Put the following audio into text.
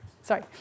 Sorry